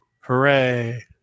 Hooray